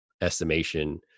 estimation